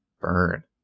Burn